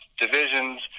divisions